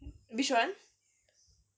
which one